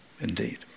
indeed